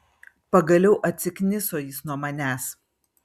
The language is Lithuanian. pagaliau atsikniso jis nuo manęs